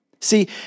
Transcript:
See